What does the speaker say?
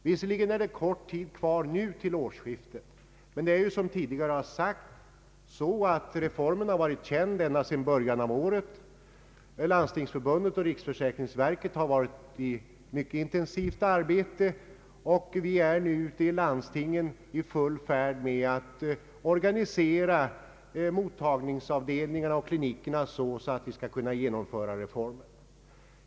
Visserligen är det kort tid kvar till årsskiftet, men såsom tidigare har sagts har reformen varit känd ända sedan början av året. Landstingsförbundet och riksförsäkringsverket har varit i mycket intensivt arbete, och vi är nu ute i landstingen i full färd med att organisera mottagningsavdelningarna och klinikerna så att vi skall kunna genomföra reformen.